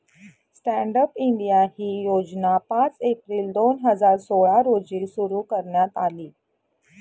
stand up India ही योजना पाच एप्रिल दोन हजार सोळा रोजी सुरु करण्यात आली